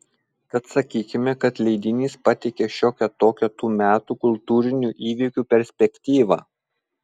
tad sakykime kad leidinys pateikė šiokią tokią tų metų kultūrinių įvykių perspektyvą